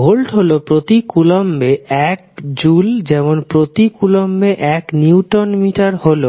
volt হল প্রতি কুলম্বে এক জুল যেমন প্রতি কুলম্বে এক নিউটন মিটার হল